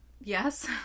Yes